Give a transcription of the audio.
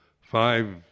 five